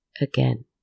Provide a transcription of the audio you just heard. again